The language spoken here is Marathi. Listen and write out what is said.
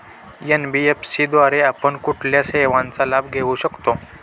एन.बी.एफ.सी द्वारे आपण कुठल्या सेवांचा लाभ घेऊ शकतो?